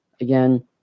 Again